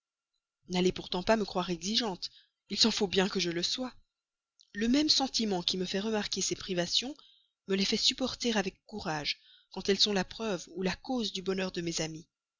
n'allez pourtant pas me croire exigeante il s'en faut bien que je le sois le même sentiment qui me fait remarquer ces privations me les fait supporter avec courage quand elles sont la cause ou la preuve du bonheur de mes amis